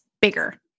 bigger